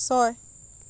ছয়